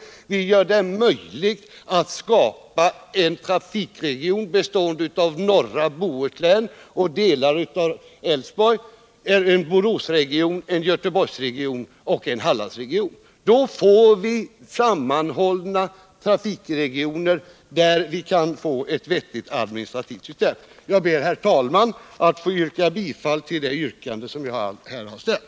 Vi gör det möjligt att skapa en trafikregion bestående av norra Bohuslän och delar av Älvsborgs län, en Boråsregion, en Göteborgsregion och en Hallandsregion. Då får vi förbättra kollektiv sammanhållna trafikregioner, där vi kan få ett vettigt administrativt system. Jag ber, herr talman, att få yrka bifall till det yrkande som jag här har framställt.